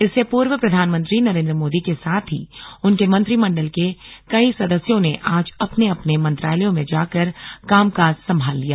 इससे पूर्व प्रधानमंत्री नरेंद्र मोदी के साथ ही उनके मंत्रिमंडल के कई सदस्यों ने आज अपने अपने मंत्रालयों में जाकर कामकाज संभाल लिया